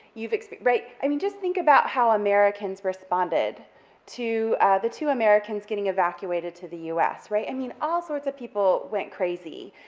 you've, right, i mean, just think about how americans responded to the two americans getting evacuated to the us, right. i mean, all sorts of people went crazy,